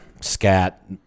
Scat